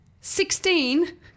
Sixteen